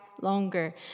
Longer